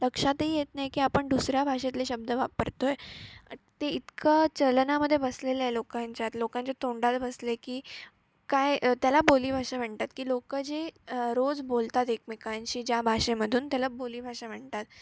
लक्षातही येत नाही की आपण दुसऱ्या भाषेतले शब्द वापरतो आहे ते इतकं चलनामध्ये बसलेलं आहे लोकांच्या लोकांच्या तोंडात बसलं आहे की काय त्याला बोली भाषा म्हणतात की लोक जे रोज बोलतात एकमेकांशी ज्या भाषेमधून त्याला बोली भाषा म्हणतात